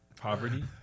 Poverty